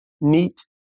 neat